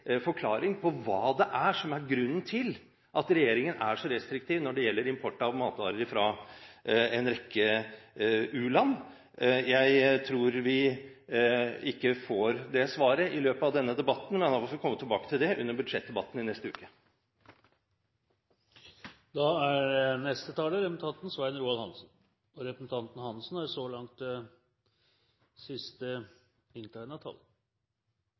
forklaring på hva det er som er grunnen til at regjeringen er så restriktiv når det gjelder import av matvarer fra en rekke u-land. Jeg tror ikke vi får det svaret i løpet av denne debatten, men da får vi komme tilbake til det under budsjettdebatten i neste uke. Den GSP-ordningen som Norge har, tror jeg vi kan være meget fornøyd med. Jeg tror ikke det er mange land som har en så